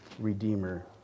Redeemer